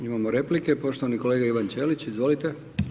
Imamo replike, poštovani kolega Ivan Ćelić, izvolite.